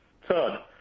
Third